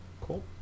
Cool